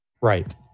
Right